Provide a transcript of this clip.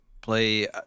play